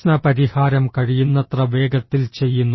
പ്രശ്നപരിഹാരം കഴിയുന്നത്ര വേഗത്തിൽ ചെയ്യുന്നു